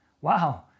Wow